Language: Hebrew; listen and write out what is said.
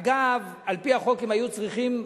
אגב, על-פי החוק הם היו צריכים,